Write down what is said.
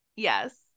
Yes